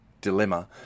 Dilemma